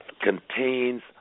contains